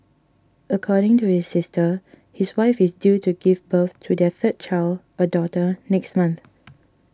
according to his sister his wife is due to give birth to their third child a daughter next month